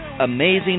Amazing